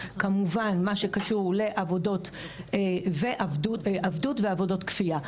כמובן מה שקשור לעבדות ועבודות כפיה.